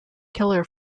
killer